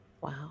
Wow